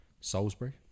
Salisbury